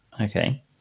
Okay